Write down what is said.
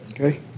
Okay